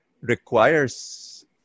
requires